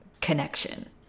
connection